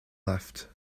left